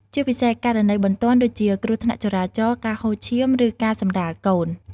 ជាពិសេសករណីបន្ទាន់ដូចជាគ្រោះថ្នាក់ចរាចរណ៍ ការហូរឈាម ឬការសម្រាលកូន។